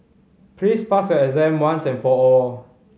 please pass your exam once and for all